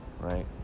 right